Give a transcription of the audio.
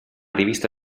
rivista